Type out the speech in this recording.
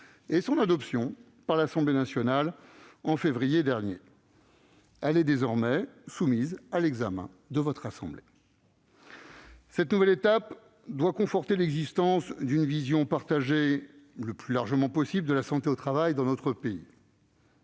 et son adoption par l'Assemblée nationale en février dernier. Ce texte est désormais soumis à l'examen de votre assemblée. Cette nouvelle étape doit conforter l'existence d'une vision, partagée le plus largement possible, de la santé au travail dans notre pays.